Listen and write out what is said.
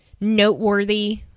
noteworthy